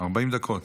40 דקות.